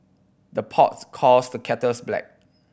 the pots calls the kettles black